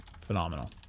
phenomenal